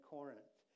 Corinth